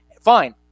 Fine